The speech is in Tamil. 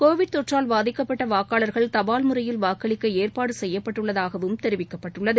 கோவிட் தொற்றால் பாதிக்கப்பட்ட வாக்காளர்கள் தபால் முறையில் வாக்களிக்க ஏற்பாடு செய்யப்பட்டுள்ளதாகவும் தெரிவிக்கப்பட்டுள்ளது